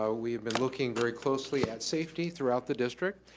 ah we've been looking very closely at safety throughout the district,